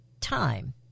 time